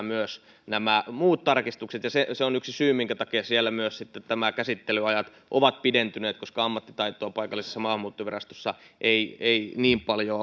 myös nämä muut tarkistukset ja se se on yksi syy minkä takia siellä myös sitten käsittelyajat ovat pidentyneet koska ammattitaitoa paikallisessa maahanmuuttovirastossa ei ei niin paljoa